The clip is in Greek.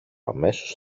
αμέσως